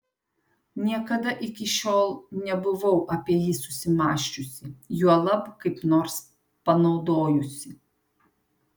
niekada iki šiol nebuvau apie jį susimąsčiusi juolab kaip nors panaudojusi